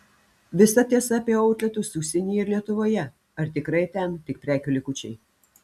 visa tiesa apie outletus užsienyje ir lietuvoje ar tikrai ten tik prekių likučiai